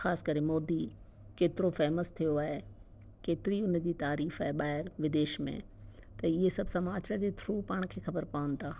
ख़ासि करे मोदी केतिरो फ़ेम्स थियो आहे केतिरी हुनजी तारीफ़ आहे ॿाहिरि विदेश में त इअं सभु समाचार जे थ्रू पाण खे ख़बर पवनि था